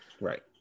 Right